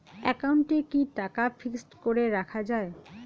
একাউন্টে কি টাকা ফিক্সড করে রাখা যায়?